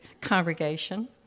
congregation